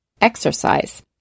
Exercise